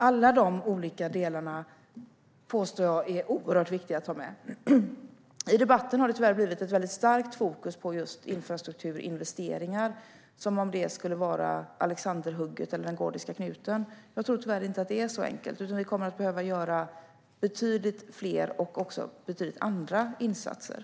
Alla dessa olika delar påstår jag är oerhört viktiga att ha med. I debatten har det tyvärr blivit ett väldigt starkt fokus på just infrastrukturinvesteringar, som om det vore alexanderhugget på den gordiska knuten. Jag tror tyvärr inte att det är så enkelt, utan jag tror att vi kommer att behöva göra betydligt fler - och betydligt skilda - insatser.